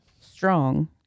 strong